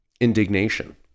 indignation